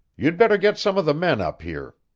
you'd better get some of the men up here.